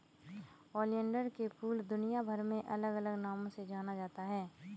oleander के फूल दुनियाभर में अलग अलग नामों से जाना जाता है